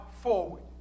forward